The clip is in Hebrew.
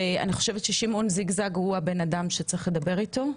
ואני חושבת ששמעון זיגזג הוא הבן אדם שצריך לדבר איתו,